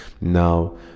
Now